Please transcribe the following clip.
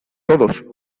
todos